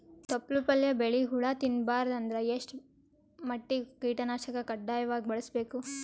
ತೊಪ್ಲ ಪಲ್ಯ ಬೆಳಿ ಹುಳ ತಿಂಬಾರದ ಅಂದ್ರ ಎಷ್ಟ ಮಟ್ಟಿಗ ಕೀಟನಾಶಕ ಕಡ್ಡಾಯವಾಗಿ ಬಳಸಬೇಕು?